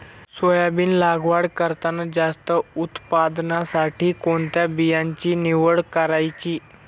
Soybean लागवड करताना जास्त उत्पादनासाठी कोणत्या बियाण्याची निवड करायची?